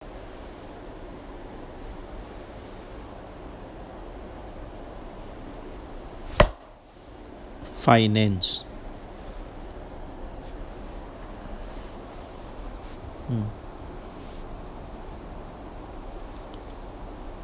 finance mm